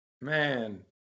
man